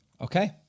Okay